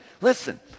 listen